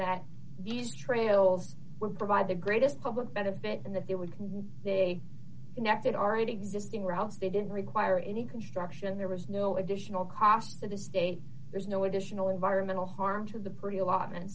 that these trails would provide the greatest public benefit and that they wouldn't they connected already existing routes they didn't require any construction there was no additional cost to the state there's no additional environmental harm to the pre allotment